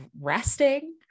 resting